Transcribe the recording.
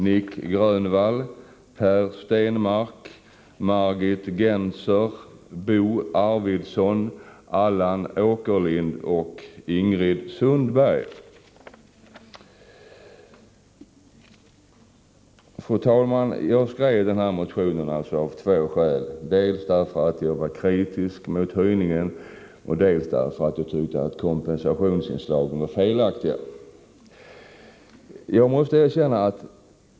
Jag skrev denna motion av två skäl — dels därför att jag var kritisk mot höjningen, dels därför att jag tyckte att kompensationsinslagen var felaktiga.